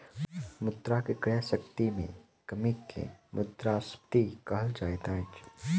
मुद्रा के क्रय शक्ति में कमी के मुद्रास्फीति कहल जाइत अछि